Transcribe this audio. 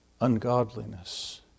ungodliness